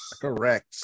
Correct